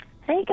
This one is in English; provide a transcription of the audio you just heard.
Hey